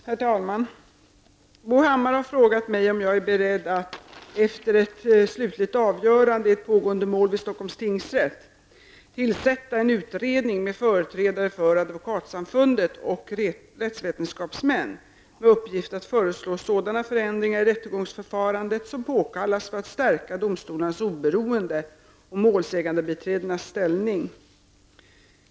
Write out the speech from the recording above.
Herr talman! Bo Hammar har frågat mig om jag är beredd att -- efter ett slutligt avgörande i ett pågående mål vid Stockholms tingsrätt -- tillsätta en utredning med företrädare för advokatsamfundet och rättsvetenskapsmän med uppgift att föreslå sådana förändringar i rättegångsförfarandet som påkallas för att stärka domstolarnas oberoende och målsägandebiträdenas ställning.